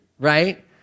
right